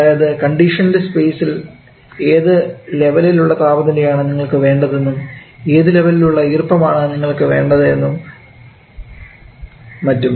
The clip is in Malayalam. അതായത് കണ്ടീഷൻഡ് സ്പേസിൽ ഏത് ലെവലിൽ ഉള്ള താപനിലയാണ് നിങ്ങൾക്ക് വേണ്ടതെന്നും ഏത് ലെവലിൽ ഉള്ള ഈർപ്പം ആണ് നിങ്ങൾക്ക് വേണ്ടത് എന്നും മറ്റും